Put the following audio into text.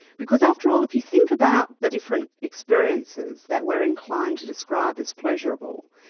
because after all, if you think about the different experiences that we're inclined to describe as pleasurable,